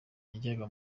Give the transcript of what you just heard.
yajyaga